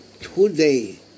Today